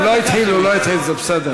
הוא לא התחיל, הוא לא התחיל, זה בסדר.